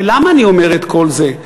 ולמה אני אומר את כל זה?